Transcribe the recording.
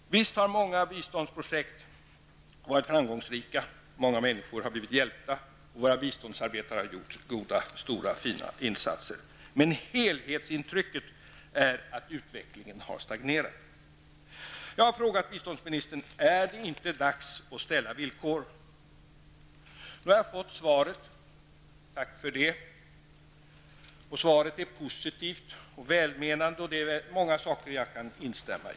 Visst har många biståndsprojekt varit framgångsrika. Många människor har blivit hjälpta. Våra biståndsarbetare har gjort stora och fina insatser. Helhetsintrycket är dock att utvecklingen har stagnerat. Jag har frågat biståndsministern: Är det inte dags att ställa villkor? Nu har jag fått svar. Tack för det. Svaret är positivt och välmenande. Det är mycket som jag kan instämma i.